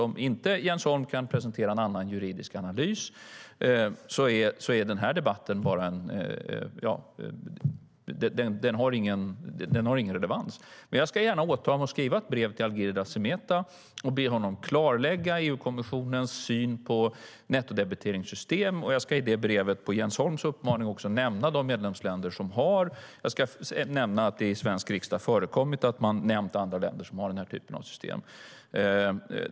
Om inte Jens Holm kan presentera en annan juridisk analys har den här debatten ingen relevans. Jag ska gärna åta mig att skriva ett brev till Algirdas Semeta och be honom klarlägga EU-kommissionens syn på nettodebiteringssystem. Jag ska i det brevet på Jens Holms uppmaning nämna att det i svensk riksdag förekommit att man nämnt andra länder som har den här typen av system.